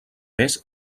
més